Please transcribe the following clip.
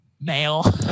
male